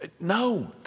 No